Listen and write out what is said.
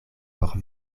por